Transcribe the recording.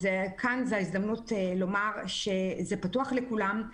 כאן זו ההזדמנות לומר שזה פתוח לכולם,